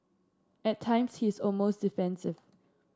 at times he is almost defensive